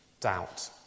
doubt